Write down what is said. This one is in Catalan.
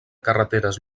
carreteres